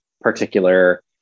particular